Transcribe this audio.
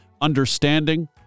understanding